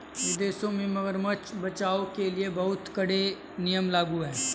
विदेशों में मगरमच्छ बचाओ के लिए बहुत कड़े नियम लागू हैं